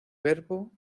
verbo